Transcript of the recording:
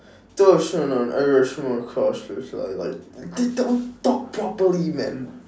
like they don't talk properly man